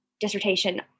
dissertation